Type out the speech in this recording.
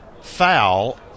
Foul